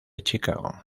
chicago